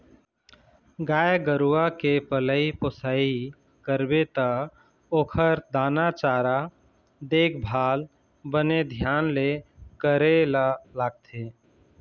गाय गरूवा के पलई पोसई करबे त ओखर दाना चारा, देखभाल बने धियान ले करे ल लागथे